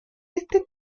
este